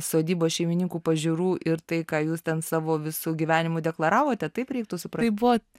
sodybos šeimininkų pažiūrų ir tai ką jūs ten savo visu gyvenimu deklaravote taip reiktų suprast